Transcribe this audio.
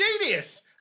Genius